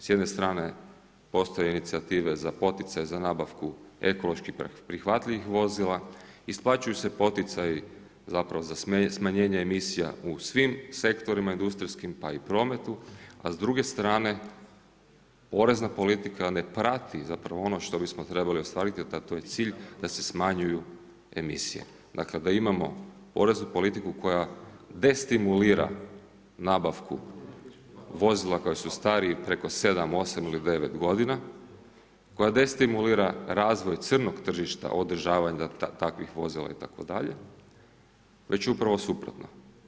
S jedne strane postoje inicijative za poticaj za nabavku ekološki prihvatljivih vozila, isplaćuju se poticaji za smanjenje emisija u svim sektorima industrijskim pa i prometu, a s druge strane porezna politika ne prati ono što bismo trebali ostvariti, a to je cilj da se smanjuju emisije, da imamo poreznu politiku koja destimulira nabavku vozila koji su stariji preko sedam, osam ili devet godina, koja destimulira razvoj crnog tržišta održavanja takvih vozila itd. već upravo suprotno.